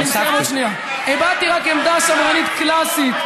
אמרתי עמדה שמרנית קלאסית,